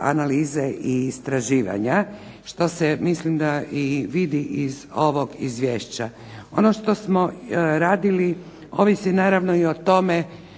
analize i istraživanja, što se mislim da i vidi iz ovog izvješća. Ono što smo radili ovisi naravno i o tome